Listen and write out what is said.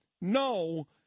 no